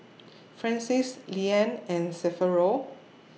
Francies Leann and Severo